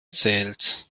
zählt